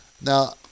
Now